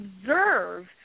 observe